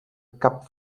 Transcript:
cap